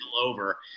over